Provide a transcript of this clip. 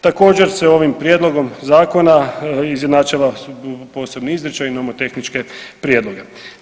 Također se ovim prijedlogom zakona izjednačava posebni izričaj nomotehničke prijedloge.